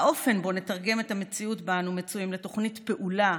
האופן שבו נתרגם את המציאות שבה אנחנו מצויים לתוכנית פעולה,